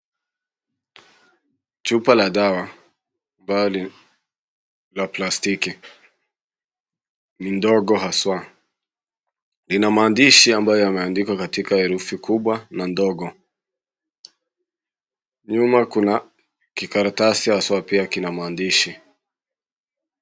Chupa la dawa bali la plastiki, ni ndogo haswa. Lina maandishi ambayo yameandikwa katika herufi kubwa na ndogo. Nyuma kuna kikaratasi haswa pia kina maandishi.